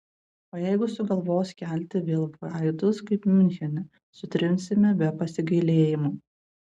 o jeigu sugalvos kelti vėl vaidus kaip miunchene sutrinsime be pasigailėjimo